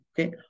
okay